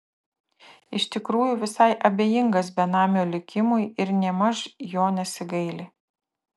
iš tikrųjų visai abejingas benamio likimui ir nėmaž jo nesigaili